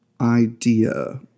idea